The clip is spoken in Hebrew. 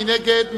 מי נגד?